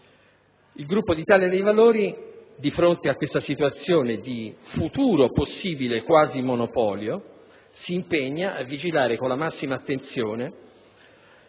Il Gruppo Italia dei Valori di fronte a questa situazione di futuro possibile, quasi di monopolio, s'impegna a vigilare con la massima attenzione,